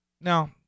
Now